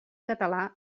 català